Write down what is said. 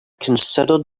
considered